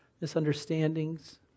misunderstandings